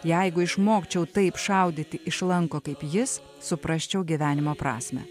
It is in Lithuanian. jeigu išmokčiau taip šaudyti iš lanko kaip jis suprasčiau gyvenimo prasmę